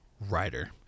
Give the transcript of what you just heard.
writer